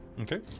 okay